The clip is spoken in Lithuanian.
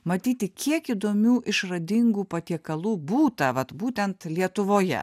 matyti kiek įdomių išradingų patiekalų būta vat būtent lietuvoje